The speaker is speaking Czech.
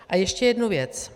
A ještě jedna věc.